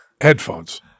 Headphones